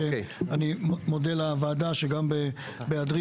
שאני מודה לוועדה על כך שגם בהיעדרי